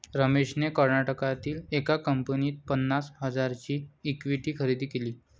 रमेशने कर्नाटकातील एका कंपनीत पन्नास हजारांची इक्विटी खरेदी केली